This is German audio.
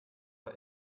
war